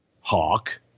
Hawk